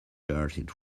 hearted